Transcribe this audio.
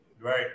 right